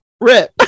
rip